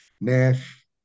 NASH